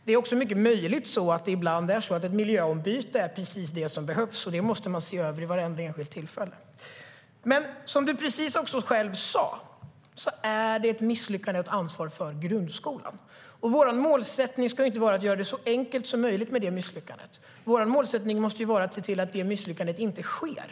Det är också mycket möjligt så att ett miljöombyte ibland är precis det som behövs, och det måste man se över vid vartenda enskilt tillfälle. Men som du precis sa själv är det ett misslyckande och ett ansvar för grundskolan, Lena Hallengren, och vår målsättning ska inte vara att göra det så enkelt som möjligt med det misslyckandet. Vår målsättning måste i stället vara att se till att misslyckandet inte sker.